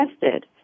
tested